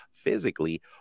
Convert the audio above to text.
physically